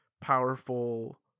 powerful